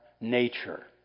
nature